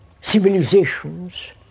civilizations